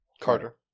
Carter